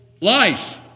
life